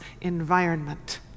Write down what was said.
environment